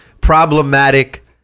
problematic